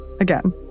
Again